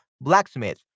blacksmith